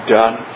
done